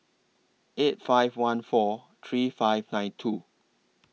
eight five one four three five nine two